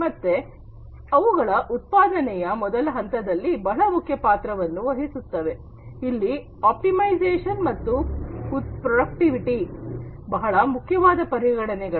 ಮತ್ತೆ ಅವುಗಳ ಉತ್ಪಾದನೆಯ ಮೊದಲ ಹಂತದಲ್ಲಿ ಬಹಳ ಮುಖ್ಯ ಪಾತ್ರವನ್ನು ವಹಿಸುತ್ತವೆ ಎಲ್ಲಿ ಆಪ್ಟಿಮೈಸೇಶನ್ ಮತ್ತು ಉತ್ಪಾದಕತೆ ಬಹಳ ಮುಖ್ಯವಾದ ಪರಿಗಣನೆಗಳು